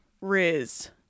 Riz